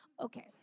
Okay